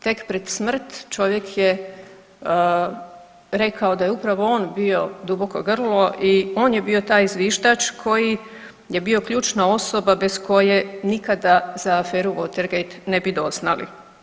Tek pred smrt čovjek je rekao da je upravo on bio duboko grlo i on je bio taj zviždač koji je bio ključna osoba bez koje nikada za aferu Watergate ne bi doznali.